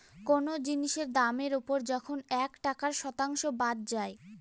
কোনো জিনিসের দামের ওপর যখন একটা টাকার শতাংশ বাদ যায়